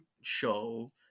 show